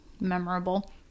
memorable